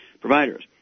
providers